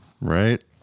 right